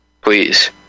please